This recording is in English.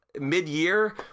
mid-year